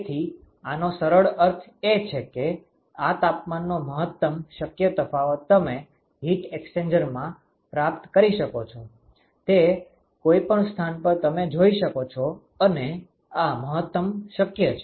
તેથી આનો સરળ અર્થ એ છે કે આ તાપમાનનો મહત્તમ શક્ય તફાવત તમે હીટ એક્સ્ચેન્જરમાં પ્રાપ્ત કરી શકો છો તે કોઈપણ સ્થાન પર તમે જોઈ શકો છો અને આ મહત્તમ શક્ય છે